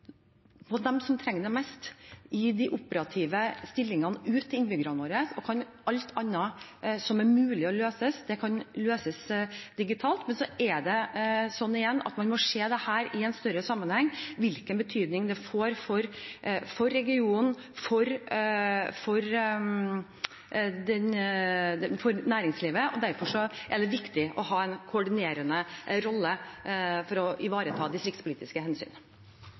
på dem som trenger det mest, i de operative stillingene ute, for innbyggerne våre. Så kan alt annet som er mulig å løse digitalt, løses digitalt. Men igjen – man må se dette i en større sammenheng, hvilken betydning det får for regionen og for næringslivet. Derfor er det viktig å ha en koordinerende rolle for å ivareta distriktspolitiske hensyn.